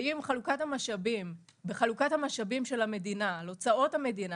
ואם בחלוקת המשאבים של המדינה על הוצאות המדינה,